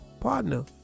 partner